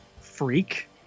freak